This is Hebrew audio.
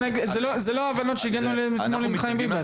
אלה לא ההבנות שהגענו אליהן אתמול עם חיים ביבס.